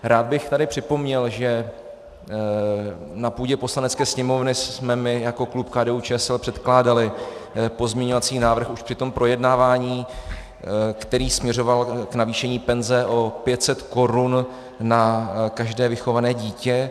Rád bych tady připomněl, že na půdě Poslanecké sněmovny jsme my jako klub KDUČSL předkládali pozměňovací návrh už při tom projednávání, který směřoval k navýšení penze o 500 korun na každé vychované dítě.